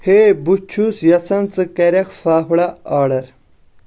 ہے، بہٕ چھُس یژھان ژٕ کَرَکھ فافڈا آڈر